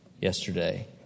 yesterday